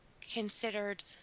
considered